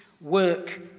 work